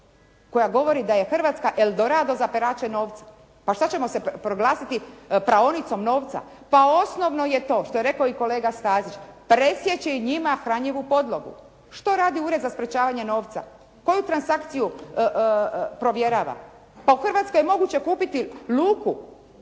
koja govori da je Hrvatska El Dorado za perače novca. Pa što ćemo se proglasiti praonicom novca? Pa osnovno je to što je rekao i kolega Stazić presjeći njima hranjivu podlogu. Što radi Ured za sprječavanje novca? Koju transakciju provjerava? Pa u Hrvatskoj je moguće kupiti luku,